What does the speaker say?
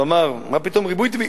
הוא אמר: מה פתאום ריבוי טבעי?